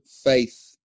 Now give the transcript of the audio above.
faith